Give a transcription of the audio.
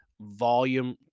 volume